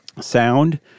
sound